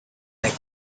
like